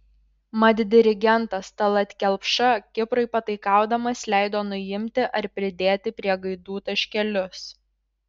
mat dirigentas tallat kelpša kiprui pataikaudamas leido nuimti ar pridėti prie gaidų taškelius